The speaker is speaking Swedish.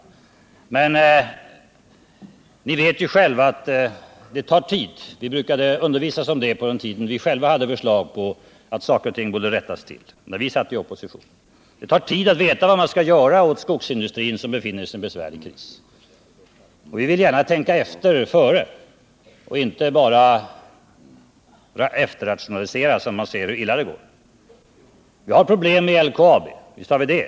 Men ni vet ju själva att det tar tid. Vi brukade undervisas om det på den tiden vi för vår del hade förslag på att saker och ting borde rättas till, när vi satt i opposition. Det tar tid att veta vad man skall göra åt skogsindustrin, som befinner sig i en besvärlig kris. Och vi vill gärna tänka efter före och inte bara efterrationalisera, så att man ser hur illa det går. Vi har problem med LKAB - visst har vi det.